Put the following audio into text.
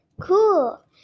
Cool